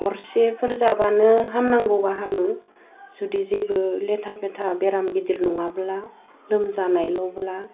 गरसेफोर जाबानो हामनांगौबा हामो जुदि जेबो लेथा फेथा बेराम गिदिर नङाब्ला लोमजानायलब्ला